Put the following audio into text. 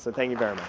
thank you very